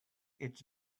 its